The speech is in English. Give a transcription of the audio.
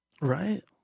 Right